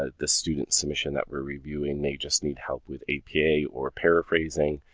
ah the student submission that we're reviewing they just need help with apa or paraphrasing,